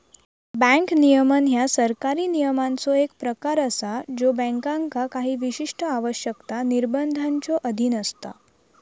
bank नियमन ह्या सरकारी नियमांचो एक प्रकार असा ज्यो बँकांका काही विशिष्ट आवश्यकता, निर्बंधांच्यो अधीन असता